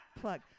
plug